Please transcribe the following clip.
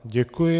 Děkuji.